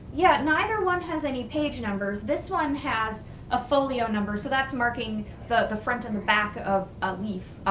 yeah neither one has any page numbers. this one has a folio number, so that's marking the front and the back of a leaf.